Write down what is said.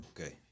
Okay